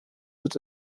wird